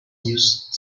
used